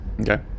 okay